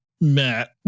Matt